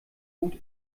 gut